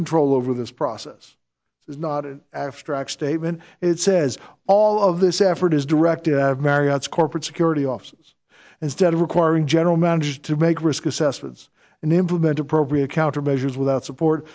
control over this process is not an abstract statement it says all of this effort is directed at marriott's corporate security offices instead of requiring general manage to make risk assessments and implemented appropriate countermeasures without support